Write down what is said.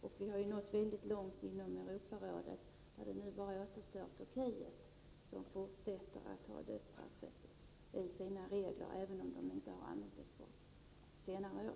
Vi har nått mycket långt inom Europarådet. Det är bara Turkiet som återstår och som fortsätter att ha dödsstraff i sina regler, även om man inte har använt det på senare år.